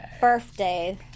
Birthday